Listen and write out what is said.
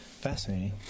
Fascinating